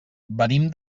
venim